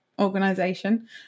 organization